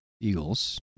Eagles